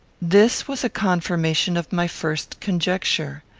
this was a confirmation of my first conjecture.